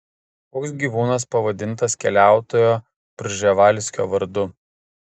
koks gyvūnas pavadintas keliautojo prževalskio vardu